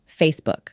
Facebook